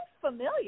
familiar